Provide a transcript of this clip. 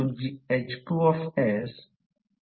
हे V प्रत्यक्षात metre cube volume आहे